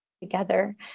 together